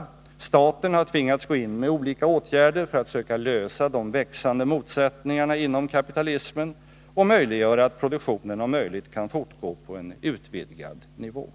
2. Staten har tvingats gå in med olika åtgärder för att söka lösa de växande motsättningarna inom kapitalismen och se till att reproduktionsprocessen om möjligt kan fortgå på en utvidgad nivå.